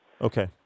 Okay